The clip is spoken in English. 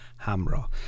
Hamra